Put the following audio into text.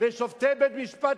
ושופטי בית-משפט,